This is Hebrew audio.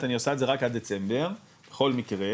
אני עושה את זה רק עד דצמבר בכל מקרה,